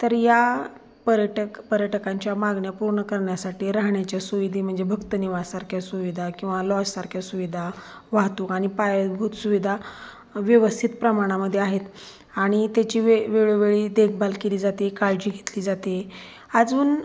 तर या पर्यटक पर्यटकांच्या मागण्या पूर्ण करण्यासाठी राहण्याच्या सुविधा म्हणजे भक्त निवासासारख्या सुविधा किंवा लॉजसारख्या सुविधा वाहतूक आणि पायाभूत सुविधा व्यवस्थित प्रमाणामध्ये आहेत आणि त्याची वे वेळोवेळी देखभाल केली जाते काळजी घेतली जाते अजून